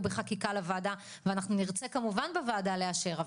בחקיקה לוועדה ואנחנו נרצה כמובן בוועדה לאשר,